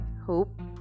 Hope